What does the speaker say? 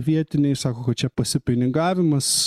vietiniai sako kad čia pasipinigavimas